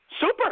Super